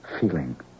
feeling